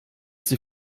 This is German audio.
sie